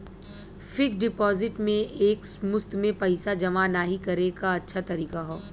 fixed deposit में एक मुश्त में पइसा जमा नाहीं करे क अच्छा तरीका हौ